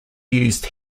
used